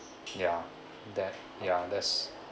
yeah that yeah that's